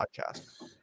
podcast